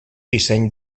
disseny